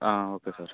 okay sir